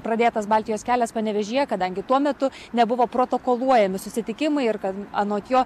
pradėtas baltijos kelias panevėžyje kadangi tuo metu nebuvo protokoluojami susitikimai ir kad anot jo